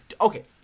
Okay